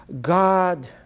God